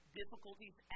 difficulties